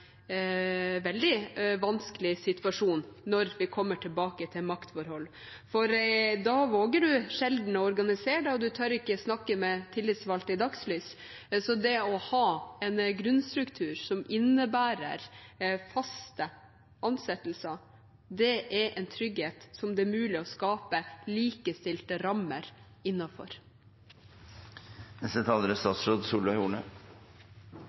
veldig vanskelig situasjon når vi kommer tilbake til maktforhold, for da våger man sjelden å organisere seg, og man tør ikke snakke med tillitsvalgte i dagslys. Det å ha en grunnstruktur som innebærer faste ansettelser, er en trygghet som det er mulig å skape likestilte rammer